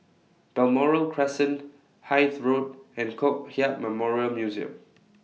Balmoral Crescent Hythe Road and Kong Hiap Memorial Museum